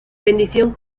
bendición